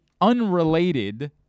unrelated